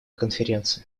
конференции